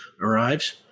arrives